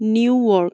New York